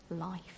life